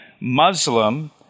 Muslim